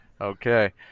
Okay